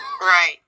Right